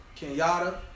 Kenyatta